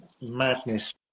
madness